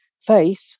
faith